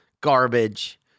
garbage